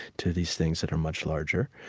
to these things that are much larger.